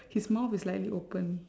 his mouth is slightly open